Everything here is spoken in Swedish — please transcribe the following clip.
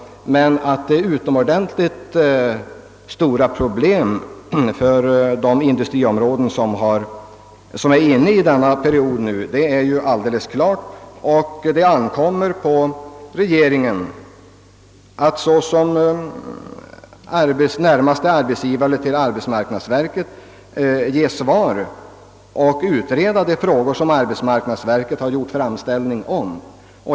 Men att det föreligger utomordentligt stora problem för de industriområden som befinner sig i denna period är alldeles klart, och det ankommer på regeringen att såsom närmaste arbetsgivare till arbetsmarknadsverket ge svar på och utreda de frågor som arbetsmarknadsverket gjort framställning om.